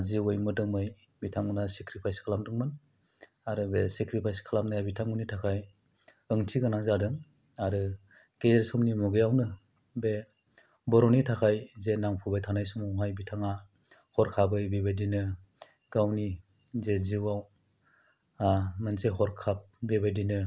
जिउयै मोदोमै बिथांमोना सेख्रिफाइस खालामदोंमोन आरो बे सेख्रिफाइस खालामनाया बिथांमोननि थाखाय ओंथि गोनां जादों आरो गेजेर समनि मुगायावनो बे बर'नि थाखाय जे नांफुबाय थानाय समावहाय बिथाङा हरखाबै बेबायदिनो गावनि जे जिउवाव मोनसे हरखाब बेबायदिनो